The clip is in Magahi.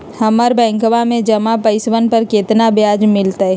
हम्मरा बैंकवा में जमा पैसवन पर कितना ब्याज मिलतय?